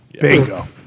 Bingo